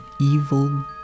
evil